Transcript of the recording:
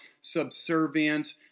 subservient